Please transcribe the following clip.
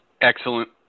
Excellent